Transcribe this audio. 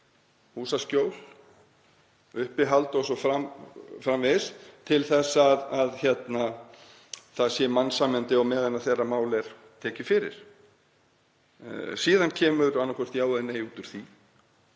húsaskjól, uppihald o.s.frv. til þess að það sé mannsæmandi á meðan mál þeirra er tekið fyrir. Síðan kemur annaðhvort já eða nei út úr því.